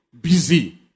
busy